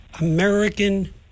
American